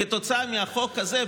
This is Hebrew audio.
כתוצאה מהחוק הזה,